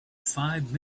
five